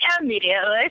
Immediately